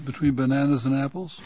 between bananas and apples